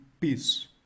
peace